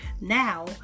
Now